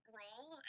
role